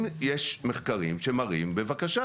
אם יש מחקרים שמראים בבקשה.